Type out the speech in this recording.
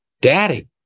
Daddy